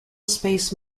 space